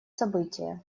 событие